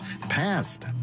passed